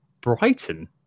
Brighton